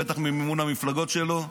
בטח ממימון המפלגות שלו,